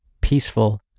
peaceful